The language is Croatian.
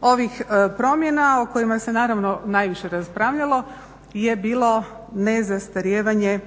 ovih promjena o kojima se naravno najviše raspravljamo je bilo ne zastarijevanje